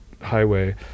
highway